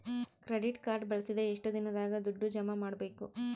Credit card ಬಳಸಿದ ಎಷ್ಟು ದಿನದಾಗ ದುಡ್ಡು ಜಮಾ ಮಾಡ್ಬೇಕು?